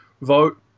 vote